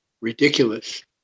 Ridiculous